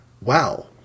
Wow